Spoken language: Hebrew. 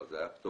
זה היה פטור.